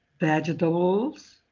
vegetables,